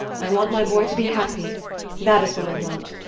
i want my boy to be happy that is what i want.